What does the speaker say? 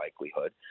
likelihood